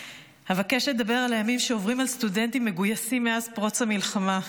אבקש לדבר על הימים שעוברים על סטודנטים מגויסים מאז פרוץ המלחמה,